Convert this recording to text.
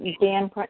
Dan